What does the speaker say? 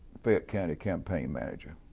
fayette county campaign manager